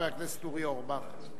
חבר הכנסת אורי אורבך.